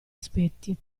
aspetti